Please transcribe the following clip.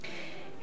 הניסוי,